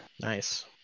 nice